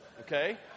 Okay